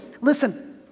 Listen